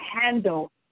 handle